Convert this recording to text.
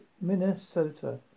Minnesota